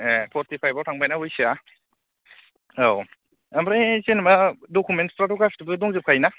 ए फर्थि फाइबआव थांबायना बैसो आ औ ओमफ्राय जेन'बा दकुमेन्टसफ्राथ' गासिबो दंजोबखायोना